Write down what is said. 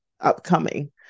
upcoming